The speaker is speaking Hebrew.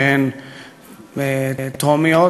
שהן טרומיות,